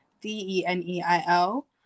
D-E-N-E-I-L